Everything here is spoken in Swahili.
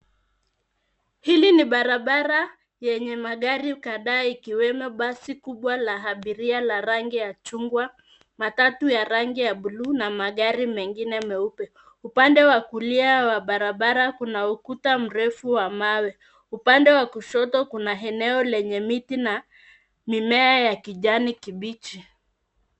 Hili ni barabara yenye magari kadhaa ikiwemo basi kubwa la abiria la rangi ya chungwa, matatu ya rangi ya buluu na magari mengine meupe. Upande wa kulia wa barabara kuna ukuta mrefu wa mawe. Upande wa kushoto kuna eneo lenye miti na mimea ya kijani kibichi.